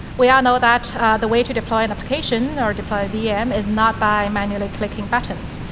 we all know that the way to deploy an application, or deploy a vm, is not by manually clicking buttons.